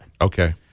Okay